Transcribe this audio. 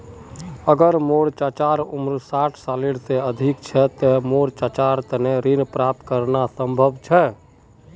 अगर मोर चाचा उम्र साठ साल से अधिक छे ते कि मोर चाचार तने ऋण प्राप्त करना संभव छे?